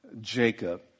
Jacob